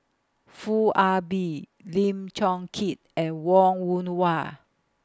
Foo Ah Bee Lim Chong Keat and Wong Yoon Wah